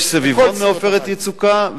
יש סביבון מעופרת יצוקה,